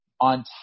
on